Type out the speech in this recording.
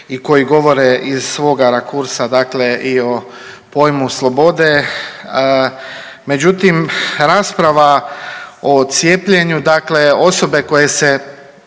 i koji govore iz svoga rakurska dakle i o pojmu slobode. Međutim, rasprava o cijepljenju dakle, osobe koje se